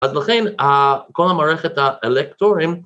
‫אז לכן כל המערכת האלקטורים...